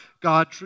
God